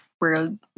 world